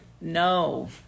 No